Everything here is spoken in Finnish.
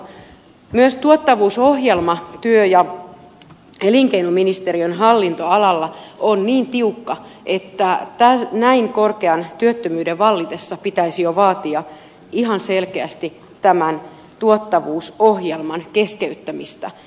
myös tuottavuusohjelma työ ja elinkeinoministeriön hallintoalalla on niin tiukka että näin korkean työttömyyden vallitessa pitäisi jo vaatia ihan selkeästi tämän tuottavuusohjelman keskeyttämistä